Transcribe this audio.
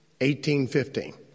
1815